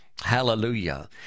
Hallelujah